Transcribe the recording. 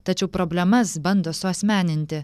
tačiau problemas bando suasmeninti